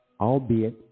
albeit